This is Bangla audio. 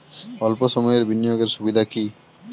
অল্প সময়ের বিনিয়োগ এর সুবিধা কি?